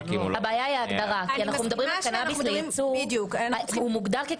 אני חושבת שהבעיה היא ההגדרה כי אנחנו מדברים על קנאביס לייצוא.